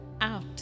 out